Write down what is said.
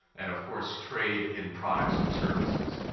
and, of course, trade in products and services.